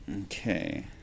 Okay